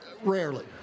Rarely